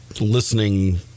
listening